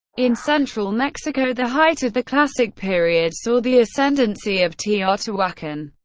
in central mexico, the height of the classic period saw the ascendancy of teotihuacan,